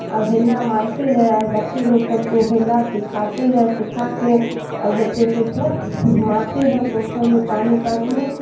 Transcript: اور ہیلا مارتے ہے اور بچے لوگ سب کو ہیلا سکھاتے ہے سکھا کے اور بچے سب کا مارتے ہے پوکھر میں پانی کات میں